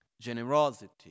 generosity